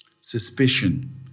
suspicion